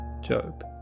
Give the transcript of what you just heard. Job